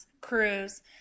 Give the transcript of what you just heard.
Cruise